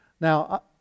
now